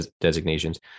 designations